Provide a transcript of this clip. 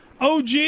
OG